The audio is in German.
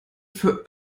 für